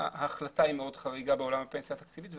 ההחלטה היא מאוד חריגה בעולם הפנסיה התקציבית,